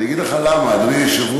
אני אגיד לך למה, אדוני היושב-ראש.